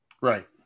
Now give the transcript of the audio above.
Right